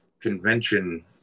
convention